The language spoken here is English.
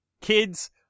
kids